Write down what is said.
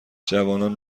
جوانان